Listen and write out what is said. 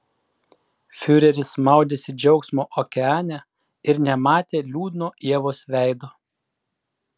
fiureris maudėsi džiaugsmo okeane ir nematė liūdno ievos veido